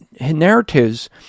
narratives